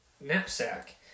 knapsack